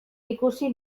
ikusi